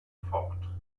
fort